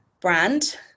brand